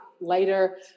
later